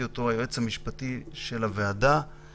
היועץ המשפטי של הוועדה לפני שקטעתי אותו,